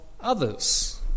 others